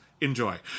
Enjoy